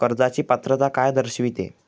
कर्जाची पात्रता काय दर्शविते?